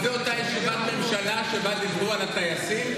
זאת אותה ישיבת ממשלה שבה דיברו על הטייסים?